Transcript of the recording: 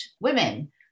women